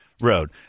Road